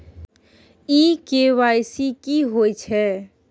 इ के.वाई.सी की होय छै?